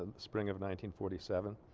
um spring of nineteen forty seven